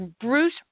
Bruce